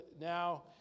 now